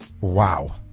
Wow